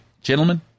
gentlemen